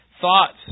thoughts